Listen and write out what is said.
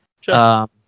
Sure